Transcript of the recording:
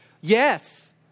Yes